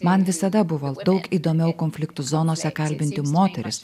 man visada buvo daug įdomiau konfliktų zonose kalbinti moteris